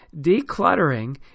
Decluttering